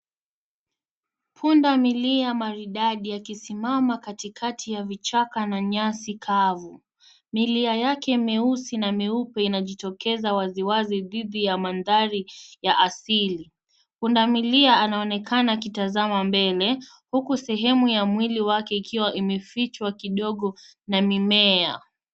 Punda milia maridadi akisimama katikati ya vichaka na nyasi kavu. Milia yake meusi na meupe inajitokeza waziwazi dhidi ya mandhari ya asili. Punda milia anaonekana akitazama mbele huku sehemu ya mwili wake ikiwa imefichwa kidogo na mimea.